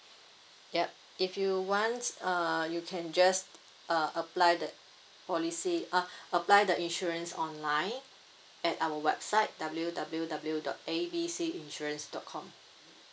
yup if you want uh you can just uh apply the policy uh apply the insurance online at our website W W W dot A B C insurance dot com